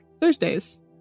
Thursdays